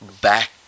back